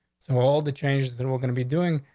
so all the changes that we're gonna be doing,